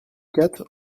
quatre